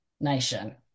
nation